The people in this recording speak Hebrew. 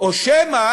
או שמא